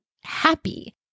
happy